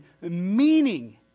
meaning